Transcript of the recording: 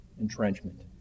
entrenchment